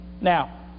Now